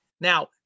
Now